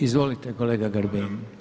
Izvolite kolega Grbin.